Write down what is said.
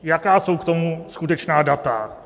Jaká jsou k tomu skutečná data?